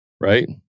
Right